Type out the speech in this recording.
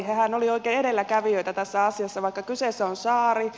hehän olivat oikein edelläkävijöitä tässä asiassa vaikka kyseessä on saari